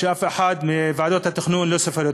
אף אחד בוועדות התכנון לא סופר אותם.